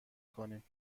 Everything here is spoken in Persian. کنیم